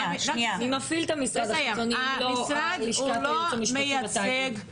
מי מפעיל את המשרד החיצוני אם לא לשכת הייעוץ המשפטי בתאגיד?